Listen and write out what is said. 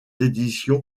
éditions